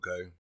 okay